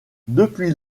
depuis